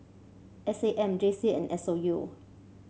S A M J C and S O U